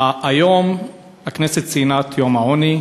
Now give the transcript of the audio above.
היום הכנסת ציינה את יום העוני.